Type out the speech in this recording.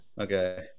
Okay